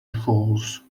falls